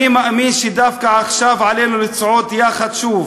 אני מאמין שדווקא עכשיו עלינו לצעוד יחד שוב,